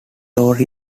tori